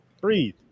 Breathe